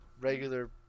Regular